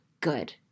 good